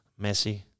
Messi